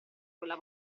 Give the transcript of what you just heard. quella